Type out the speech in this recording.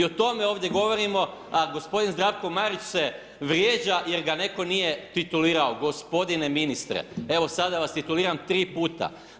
I o tome ovdje govorimo, a gospodin Zdravko Marić se vrijeđa jer ga netko nije titulirao gospodine ministre, evo sada vas tituliram 3 puta.